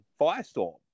Firestorm